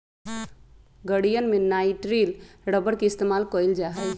गड़ीयन में nitrile rubber के इस्तेमाल कइल जा हई